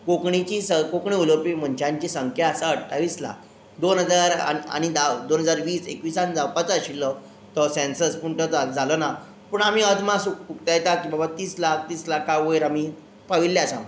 कोंकणीची कोंकणी उलोवपी मनशांची संख्या आसा अठ्ठावीस लाक दोन हजार आनी दा दोन हजार एकविसांत जावपाचो आशिल्लो तो सेन्सस पूण तो जालो ना पूण आमी अदमास उक्तायतात की बाबा तीस लाख तीस लाखा वयर आमी पाविल्ले आसा